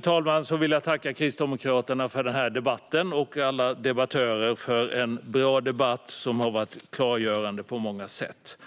talman! Avslutningsvis vill jag tacka Kristdemokraterna för initiativet till denna debatt och alla debattörer för en bra debatt som har varit klargörande på många sätt.